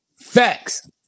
Facts